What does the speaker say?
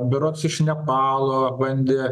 berods iš nepalo bandė